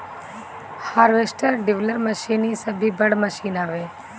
harvester, dibbler machine इ सब भी बड़ मशीन हवे